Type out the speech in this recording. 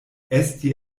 esti